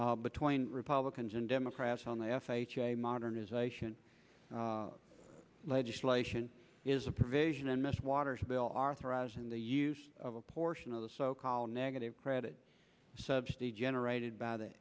between republicans and democrats on the f h a modernization legislation is a provision in missed waters bill arthritis and the use of portion of the so called negative credit subsidy generated by the